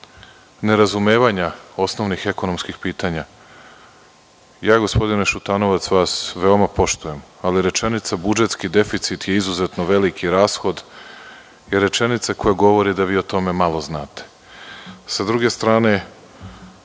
nerazumevanja osnovnih ekonomskih pitanja, ja, gospodine Šutanovac, vas veoma poštujem, ali rečenica – budžetski deficit je izuzetno veliki rashod, je rečenica koja govori da vi o tome malo znate.S druge strane,